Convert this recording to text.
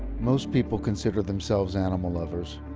most people consider themselves animal lovers.